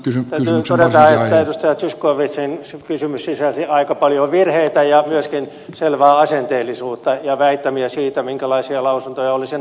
täytyy todeta että edustaja zyskowiczin kysymys sisälsi aika paljon virheitä ja myöskin selvää asenteellisuutta ja väittämiä siitä minkälaisia lausuntoja olisin antanut